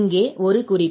இங்கே ஒரு குறிப்பு